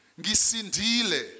Gisindile